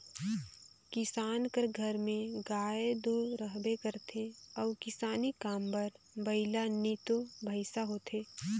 किसान कर घर में गाय दो रहबे करथे अउ किसानी काम बर बइला नी तो भंइसा होथे